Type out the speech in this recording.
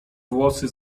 włosy